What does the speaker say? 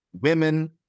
women